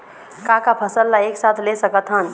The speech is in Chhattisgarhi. का का फसल ला एक साथ ले सकत हन?